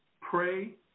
pray